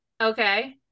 okay